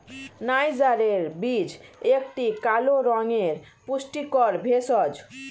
নাইজারের বীজ একটি কালো রঙের পুষ্টিকর ভেষজ